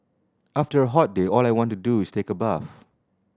after a hot day all I want to do is take a bath